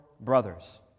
brothers